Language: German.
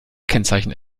kennzeichen